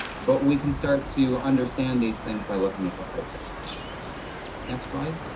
but we can start to understand these things by looking at the whole picture next slide.